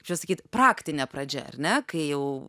čia sakyt praktinė pradžia ar ne kai jau